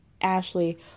Ashley